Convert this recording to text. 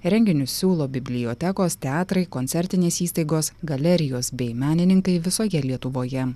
renginius siūlo bibliotekos teatrai koncertinės įstaigos galerijos bei menininkai visoje lietuvoje